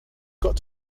got